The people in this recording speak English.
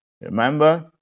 Remember